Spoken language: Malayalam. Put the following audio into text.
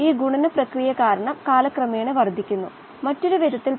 പിന്നെ താപനില നിയന്ത്രണത്തിന്റെ ചില വശങ്ങൾ പരിശോധിച്ചു